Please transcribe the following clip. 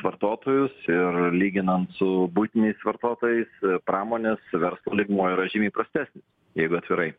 vartotojus ir lyginant su buitiniais vartotojais pramonės verslo lygmuo yra žymiai prastesnis jeigu atvirai